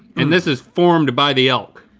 and this is formed by the elk.